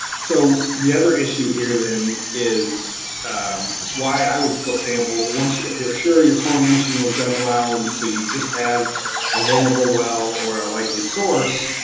so, the other issue here then is um why i would still sample once. if you're sure your chlorination was done well, and so you just have a vulnerable well or a likely source,